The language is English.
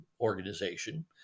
organization